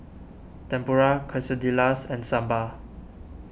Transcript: Tempura Quesadillas and Sambar